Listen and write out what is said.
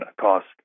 cost